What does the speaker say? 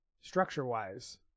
structure-wise